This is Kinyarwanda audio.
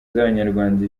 z’abanyarwanda